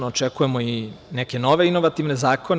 Očekujemo i neke nove inovativne zakone.